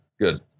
Good